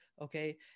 okay